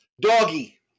doggy